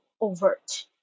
overt